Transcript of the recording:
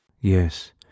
Yes